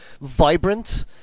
vibrant